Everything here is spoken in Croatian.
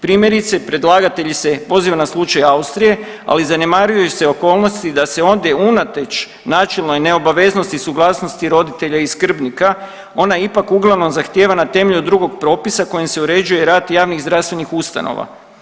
Primjerice, predlagatelji se poziva na slučaj Austrije, ali zanemaruju se okolnosti da se ondje unatoč načelnoj neobaveznosti suglasnosti roditelja i skrbnika onda ipak uglavnom zahtijeva na temelju drugog propisa kojim se uređuje rad javnih zdravstvenih ustanova.